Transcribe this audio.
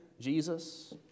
Jesus